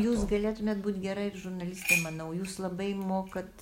jūs galėtumėt būti gera ir žurnalistė manau jūs labai mokat